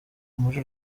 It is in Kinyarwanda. muri